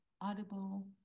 Audible